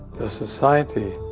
the society,